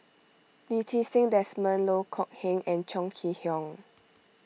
Lee Ti Seng Desmond Loh Kok Heng and Chong Kee Hiong